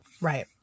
Right